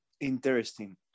Interesting